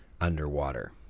underwater